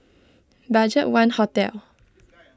Budgetone Hotel